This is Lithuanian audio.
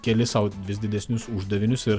keli sau vis didesnius uždavinius ir